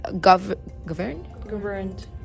governed